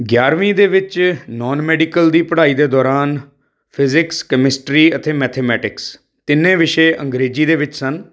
ਗਿਆਰਵੀਂ ਦੇ ਵਿੱਚ ਨੋਨ ਮੈਡੀਕਲ ਦੀ ਪੜ੍ਹਾਈ ਦੇ ਦੋਰਾਨ ਫਿਜਿਕਸ ਕਮਿਸਟਰੀ ਅਤੇ ਮੈਥਮੈਟਿਕਸ ਤਿੰਨੇ ਵਿਸ਼ੇ ਅੰਗਰੇਜ਼ੀ ਦੇ ਵਿੱਚ ਸਨ